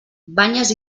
banyes